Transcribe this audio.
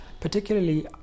particularly